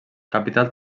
capital